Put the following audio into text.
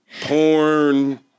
Porn